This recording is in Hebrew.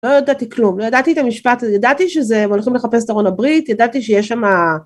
לא ידעתי כלום, לא ידעתי את המשפט הזה, ידעתי שזה הולכים לחפש את ארון הברית, ידעתי שיש שם